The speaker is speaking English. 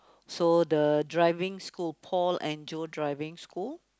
so the driving school Paul and Joe driving school